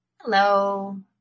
Hello